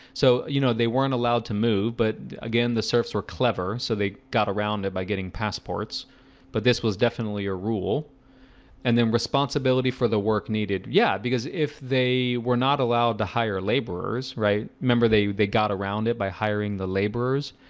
so, you know, they weren't allowed to move but again the serfs were clever so they got around it by getting passports but this was definitely a rule and then responsibility for the work needed yeah, because if they were not allowed to hire laborers right remember, they they got around it by hiring the laborers,